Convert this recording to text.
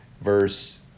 verse